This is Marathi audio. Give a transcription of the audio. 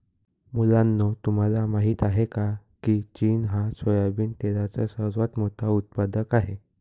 मुलांनो तुम्हाला माहित आहे का, की चीन हा सोयाबिन तेलाचा सर्वात मोठा उत्पादक आहे